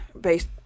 based